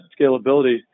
scalability